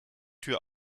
tür